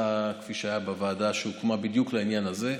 כפי שהיה בוועדה שהוקמה בדיוק לעניין הזה.